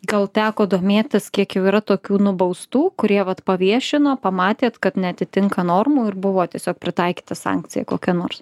gal teko domėtis kiek jau yra tokių nubaustų kurie vat paviešino pamatėt kad neatitinka normų ir buvo tiesiog pritaikyta sankcija kokia nors